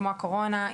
כמו הקורונה,